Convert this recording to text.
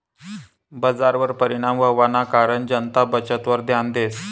बजारवर परिणाम व्हवाना कारण जनता बचतवर ध्यान देस